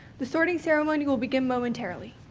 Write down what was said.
the sorting ceremony will begin momentarily.